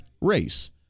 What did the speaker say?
race